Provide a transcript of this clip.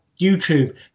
youtube